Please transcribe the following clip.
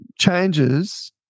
changes